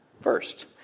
first